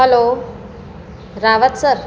hello Rawat sir